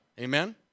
Amen